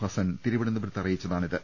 ഹസ്സൻ തിരു വനന്തപുരത്ത് അറിയിച്ചതാണിത്